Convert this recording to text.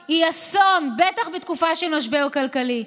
היא אסון, בטח בתקופה של משבר כלכלי,